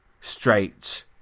straight